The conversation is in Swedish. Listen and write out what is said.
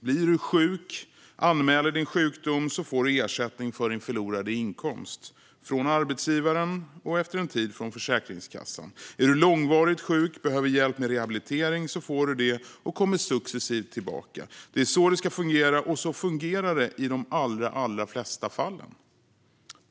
Blir du sjuk och anmäler din sjukdom får du ersättning för din förlorade inkomst - från arbetsgivare och efter en tid från Försäkringskassan. Är du långvarigt sjuk och behöver hjälp med rehabilitering får du hjälp och kommer successivt tillbaka. Det är så det ska fungera, och så fungerar det i de allra flesta fall.